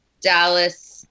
Dallas